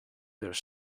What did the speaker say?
there